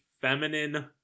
feminine